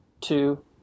two